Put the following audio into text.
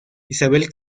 isabel